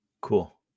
Cool